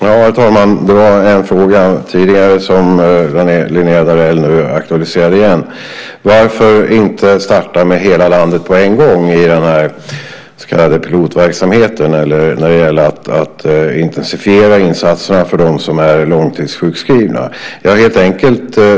Herr talman! Det var en tidigare fråga som Linnéa Darell nu aktualiserade igen. Varför inte starta i hela landet på en gång med den här så kallade pilotverksamheten som gäller att intensifiera insatserna för dem som är långtidssjukskrivna?